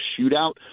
shootout